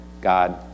God